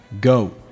Go